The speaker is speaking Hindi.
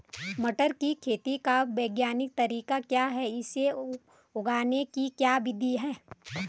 टमाटर की खेती का वैज्ञानिक तरीका क्या है इसे उगाने की क्या विधियाँ हैं?